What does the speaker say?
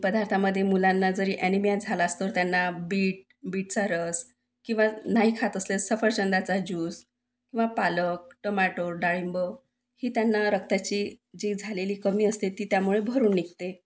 पदार्थामध्ये मुलांना जरी ॲनिमिया झालाच तर त्यांना बीट बीटचा रस किंवा नाही खात असल्यास सफरचंदाचा ज्यूस किंवा पालक टोमॅटो डाळिंब ही त्यांना रक्ताची जी झालेली कमी असते ती त्यामुळे भरून निघते